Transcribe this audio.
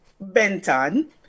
benton